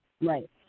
Right